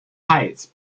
heights